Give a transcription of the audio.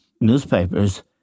newspapers